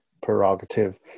prerogative